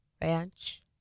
ranch